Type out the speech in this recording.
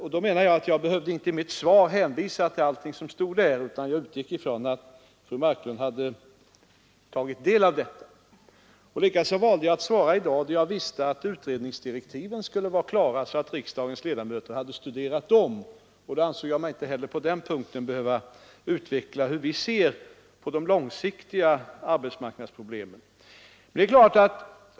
Jag menade att jag inte i mitt svar behövde hänvisa till allting som stod där, utan jag utgick från att fru Marklund hade tagit del av detta. Att jag valde att svara i dag berodde också på att jag visste att utredningsdirektiven skulle vara klara, så att riksdagens ledamöter hade studerat dem. Därför ansåg jag mig inte heller behöva utveckla hur vi ser på de långsiktiga arbetsmarknadsproblemen.